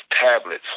tablets